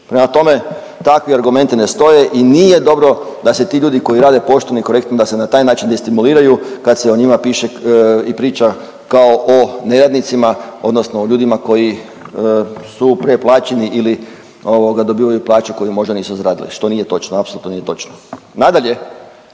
Prema tome, takvi argumenti ne stoje i nije dobro da se ti ljudi koji rade pošteno i korektno, da se na taj način destimuliraju, kad se o njima piše i priča kao o neradnicima, odnosno o ljudima koji su preplaćeni ili ovoga, dobivaju plaću koju možda nisu zaradili, što nije točno, apsolutno nije točno. Nadalje,